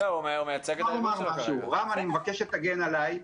רם, אני מבקש שתגן עליי.